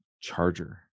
charger